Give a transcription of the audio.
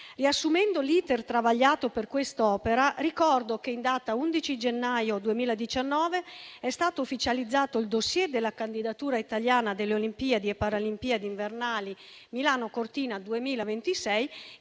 Riassumendo l'*iter* travagliato per quest'opera, ricordo che in data 11 gennaio 2019 è stato ufficializzato il *dossier* della candidatura italiana alle Olimpiadi e Paralimpiadi invernali Milano-Cortina 2026,